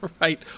Right